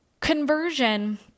Conversion